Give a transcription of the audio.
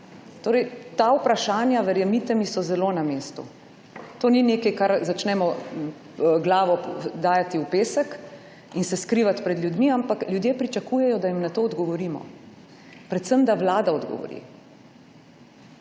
ta vprašanja, verjemite mi, so zelo na mestu. To ni nekaj, da začnemo glavo dajati v pesek in se skrivati pred ljudmi, ampak ljudje pričakujejo, da jim na to odgovorimo. Predvsem da vlada odgovori.